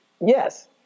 Yes